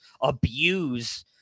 abuse